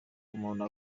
umuntu